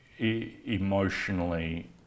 emotionally